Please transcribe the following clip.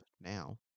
now